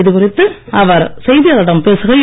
இதுகுறித்து அவர் செய்தியாளர்களிடம் பேசுகையில்